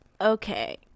Okay